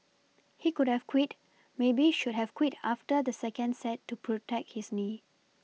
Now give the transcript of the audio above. he could have quit maybe should have quit after the second set to protect his knee